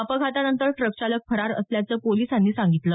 अपघातानंतर ट्रकचालक फरार असल्याचं पोलिसांनी सांगितलं